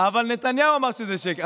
לא, זה לא שקר, אבל נתניהו אמר שזה שקר.